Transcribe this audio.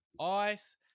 Ice